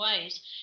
ways